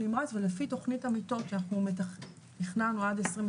נמרץ ולפי תוכנית המיטות שאנחנו תכננו עד 2022